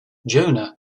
jonah